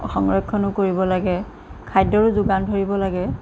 সংৰক্ষণো কৰিব লাগে খাদ্যৰো যোগান ধৰিব লাগে